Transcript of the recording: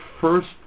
first